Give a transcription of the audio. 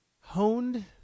honed